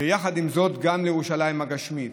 ויחד עם זאת גם ירושלים הגשמית.